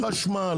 יש חשמל.